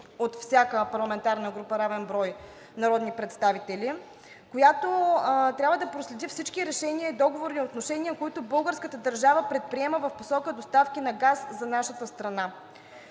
от всяка парламентарна група равен брой народни представители, която трябва да проследи всички решения и договорни отношения, които българската държава предприема в посока доставки на газ за нашата